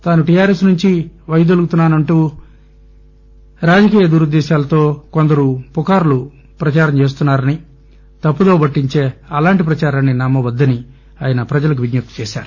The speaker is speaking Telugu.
తాను టిఆర్ఎస్ నుంచి వైదోలుగుతున్నా నంటూ రాజకీయ దురుద్దేశాలతో కొందరు పుకార్లు ప్రచారం చేస్తున్నా రని తప్పుదోవ పట్టించే అలాంటి ప్రదారాన్ని నమ్మవద్దని ప్రజలకు విజ్ఞప్తి చేశారు